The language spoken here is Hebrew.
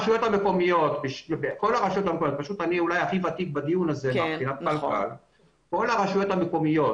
אני הכי ותיק בדיון הזה, כל הרשויות המקומיות